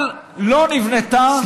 אבל לא נבנתה ולו דירה אחת.